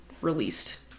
released